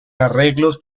arreglos